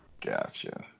Gotcha